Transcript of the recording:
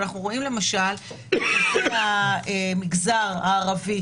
אבל אנחנו רואים למשל את המגזר הערבי,